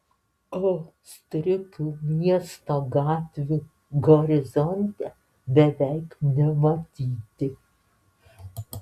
o striukių miesto gatvių horizonte beveik nebematyti